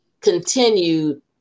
continued